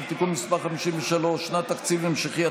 (תיקון מס' 53) (שנת תקציב המשכי),